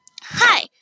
Hi